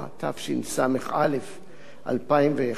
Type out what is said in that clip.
התשס"א 2001,